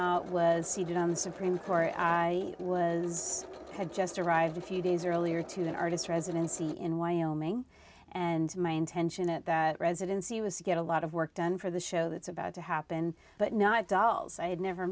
cavanaugh was seated on the supreme court i was had just arrived a few days earlier to an artist residency in wyoming and my intention at that residency was to get a lot of work done for the show that's about to happen but not dolls i had never